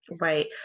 Right